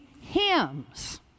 hymns